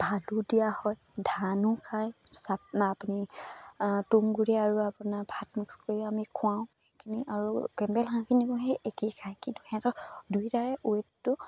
ভাতো দিয়া হয় ধানো খায় চাপৰ আপুনি তুঁহগুড়ি আৰু আপোনাৰ ভাত মিক্স কৰিও আমি খুৱাওঁ সেইখিনি আৰু কেম্বল হাঁহখিনিকো সেই একেই খায় কিন্তু সিহঁতৰ দুয়োটাৰে ৱেইটটো